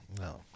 No